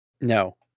No